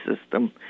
system